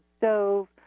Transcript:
stove